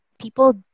People